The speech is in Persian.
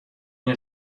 این